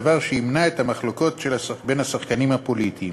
דבר שימנע את המחלוקות בין השחקנים הפוליטיים.